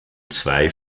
zwei